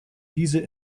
diese